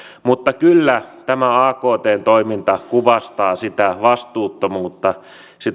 mutta kyllä tämä aktn toiminta kuvastaa sitä vastuuttomuutta